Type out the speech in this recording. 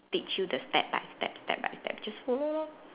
teach you the step by step step by step just follow lor